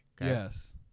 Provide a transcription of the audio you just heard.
Yes